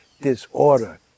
disorder